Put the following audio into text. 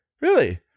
Really